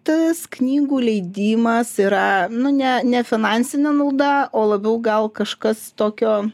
tas knygų leidimas yra nu ne ne finansinė nauda o labiau gal kažkas tokio